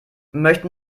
möchte